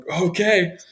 okay